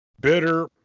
bitter